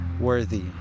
worthy